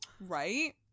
Right